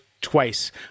twice